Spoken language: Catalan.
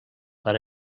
per